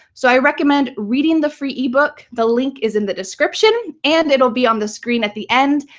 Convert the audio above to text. so i recommend reading the free ebook. the link is in the description and it'll be on the screen at the end.